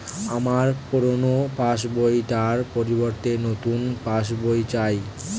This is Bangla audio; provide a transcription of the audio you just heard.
আমার পুরানো পাশ বই টার পরিবর্তে নতুন পাশ বই চাই